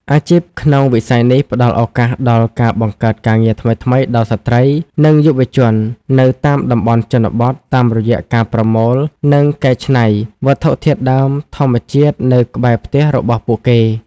អាជីពក្នុងវិស័យនេះផ្ដល់ឱកាសដល់ការបង្កើតការងារថ្មីៗដល់ស្រ្តី និងយុវជននៅតាមតំបន់ជនបទ តាមរយៈការប្រមូល និងកែច្នៃវត្ថុធាតុដើមធម្មជាតិនៅក្បែរផ្ទះរបស់ពួកគេ។